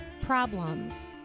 problems